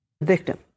Victim